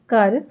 ਘਰ